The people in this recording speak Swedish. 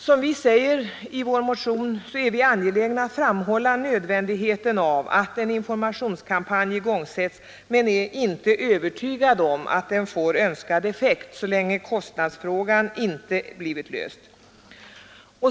Som vi anför i motionen är vi angelägna att framhålla nödvändigheten av att en informationskampanj igångsättes, men vi är inte övertygade om att den får önskad effekt så länge kostnadsfrågan inte har blivit löst.